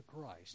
Christ